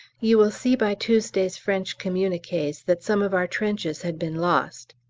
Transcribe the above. you will see by tuesday's french communiques that some of our trenches had been lost,